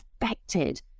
affected